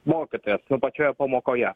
mokytojas nu pačioje pamokoje